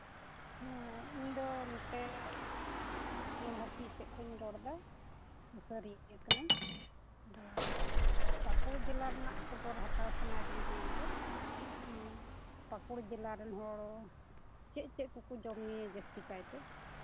ᱦᱮᱸ ᱤᱧᱫᱚ ᱱᱚᱛᱮ ᱱᱚᱞᱦᱟᱴᱤ ᱥᱮᱫ ᱠᱷᱚᱱᱤᱧ ᱨᱚᱲᱫᱟ ᱥᱩᱥᱟᱹᱨᱤᱭᱟᱹ ᱤᱭᱟᱹ ᱠᱟᱹᱱᱟᱹᱧ ᱟᱫᱚ ᱯᱟᱠᱩᱲ ᱡᱮᱞᱟ ᱨᱮᱱᱟᱜ ᱠᱷᱚᱵᱚᱨ ᱦᱟᱛᱟᱣ ᱥᱟᱱᱟᱭᱮᱫᱤᱧᱟ ᱵᱚᱞᱮ ᱦᱮᱸ ᱯᱟᱠᱩᱲ ᱡᱮᱞᱟ ᱨᱮᱱ ᱦᱚᱲ ᱪᱮᱫ ᱪᱮᱫ ᱡᱚᱢ ᱧᱩᱭᱟ ᱡᱟᱹᱥᱛᱤ ᱠᱟᱭᱛᱮ